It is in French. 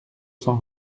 cent